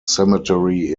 cemetery